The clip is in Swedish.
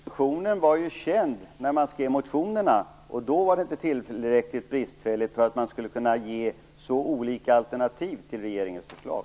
Herr talman! Propositionen var ju känd när man skrev motionerna, och då var underlaget inte mer bristfälligt än att man kunde ge så olika alternativ till regeringens förslag.